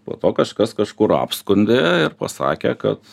po to kažkas kažkur apskundė ir pasakė kad